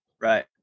Right